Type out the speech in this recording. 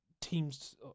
teams